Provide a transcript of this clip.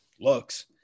looks